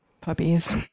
puppies